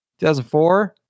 2004